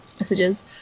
messages